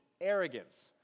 arrogance